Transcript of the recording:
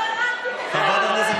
לא הרמתי את הקול.